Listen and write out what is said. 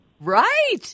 Right